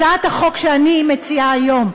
הצעת החוק שאני מציעה היום,